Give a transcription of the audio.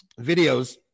videos